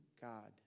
God